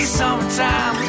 summertime